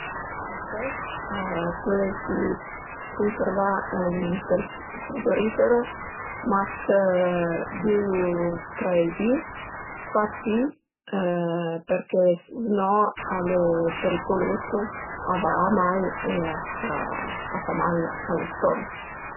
Ël pes a pöl esi cunservà ënt ël frigorifero mach düi u trei di, pa dë pi përché së no al e periculus, a va a mal e a fa mail a lë stommi